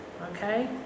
Okay